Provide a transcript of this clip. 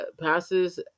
passes